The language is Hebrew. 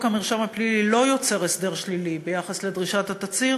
חוק המרשם הפלילי לא יוצר הסדר שלילי ביחס לדרישת התצהיר,